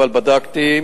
אבל בדקתי.